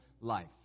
life